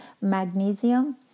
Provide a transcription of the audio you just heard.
Magnesium